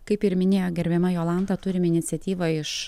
kaip ir minėjo gerbiama jolanta turim iniciatyvą iš